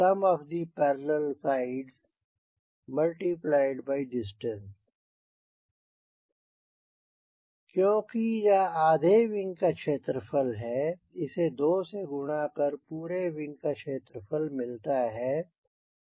Area12distance क्योंकि यह आधे विंग का क्षेत्रफल है इसे 2 से गुणा कर पूरे विंग का क्षेत्रफल मिलता है